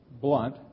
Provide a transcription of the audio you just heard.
blunt